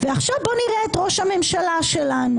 עכשיו בואו נראה את ראש הממשלה שלנו.